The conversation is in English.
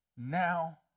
Now